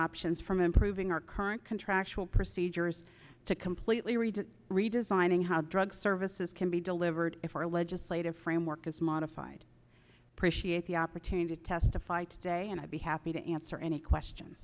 options from improving our current contractual procedures to completely read redesigning how drug services can be delivered if our legislative framework is modified appreciate the opportunity to testify today and i'd be happy to answer any question